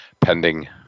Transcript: pending